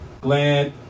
Glad